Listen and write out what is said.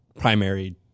primary